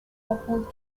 opposed